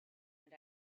and